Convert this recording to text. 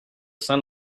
sun